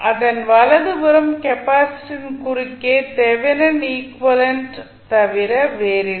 அதன் வலது புறம் கெப்பாசிட்டரின் குறுக்கே தெவெனின் ஈக்விவலெண்ட் தவிர வேறில்லை